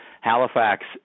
Halifax